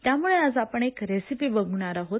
त्यामुळे आज आपण एक रेसिपी बघणार आहोत